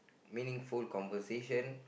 meaningful conversation